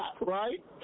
right